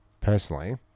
personally